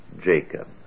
Jacob